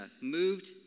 moved